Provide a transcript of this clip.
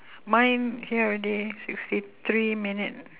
mine here already sixty three minute